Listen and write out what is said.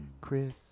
Chris